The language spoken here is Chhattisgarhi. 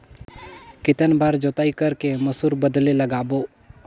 कितन बार जोताई कर के मसूर बदले लगाबो?